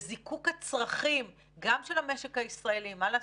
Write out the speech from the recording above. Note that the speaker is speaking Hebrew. בזיקוק הצרכים גם של המשק הישראלי מה לעשות,